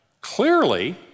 clearly